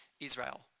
Israel